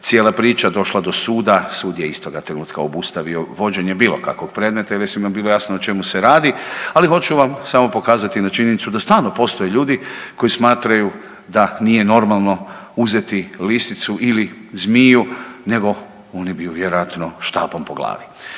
cijela priča došla do suda sud je istoga trenutka obustavio vođenje bilo kakvog predmeta jel je svima bilo jasno o čemu se radi, ali hoću vam samo pokazati jednu činjenicu da stalno postoje ljudi koji smatraju da nije normalno uzeti lisicu ili zmiju nego oni bi ju vjerojatno štapom po glavi.